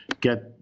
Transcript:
get